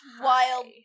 wild